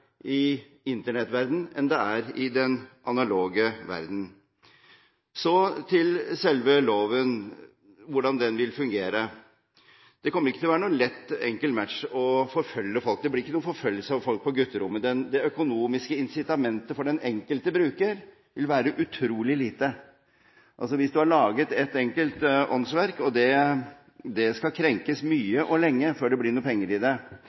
i Internett-verdenen enn det er i den analoge verdenen. Så til selve loven og hvordan den vil fungere. Det kommer ikke til å være noen enkel match å forfølge folk. Det blir ikke noen forfølgelse av folk på gutterommet. Det økonomiske incitamentet for den enkelte bruker vil være utrolig lite. Altså: Hvis du har laget et enkelt åndsverk, skal det krenkes mye og lenge før det blir noen penger i det,